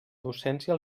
docència